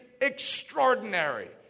extraordinary